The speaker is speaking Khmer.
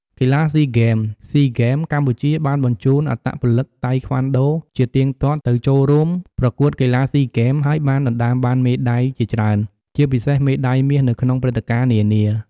កីឡាស៊ីហ្គេម SEA Games កម្ពុជាបានបញ្ជូនអត្តពលិកតៃក្វាន់ដូជាទៀងទាត់ទៅចូលរួមប្រកួតកីឡាស៊ីហ្គេម ហើយបានដណ្ដើមបានមេដាយជាច្រើន ជាពិសេសមេដាយមាសនៅក្នុងព្រឹត្តិការណ៍នានា។